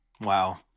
Wow